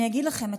אני אגיד לכם,